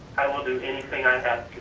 i will do anything i have